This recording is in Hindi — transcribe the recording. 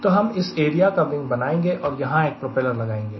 तो हम इस एरिया का विंग बनाएंगे और यहां एक प्रोपेलर लगाएंगे